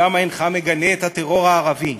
למה אינך מגנה את הטרור הערבי?